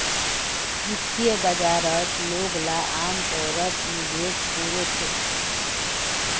वित्तीय बाजारत लोगला अमतौरत निवेश कोरे छेक